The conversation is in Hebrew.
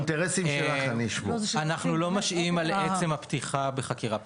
אנחנו לא משעים על עצם פתיחת החקירה הפלילית.